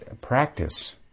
practice